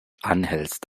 anhältst